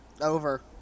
Over